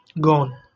gone